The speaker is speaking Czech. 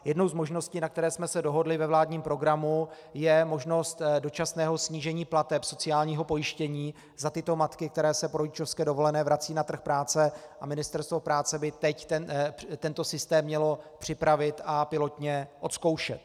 Jednou z možností, na které jsme se dohodli ve vládním programu, je možnost dočasného snížení plateb sociálního pojištění za tyto matky, které se po rodičovské dovolené vracejí na trh práce, a Ministerstvo práce by teď tento systém mělo připravit a pilotně odzkoušet.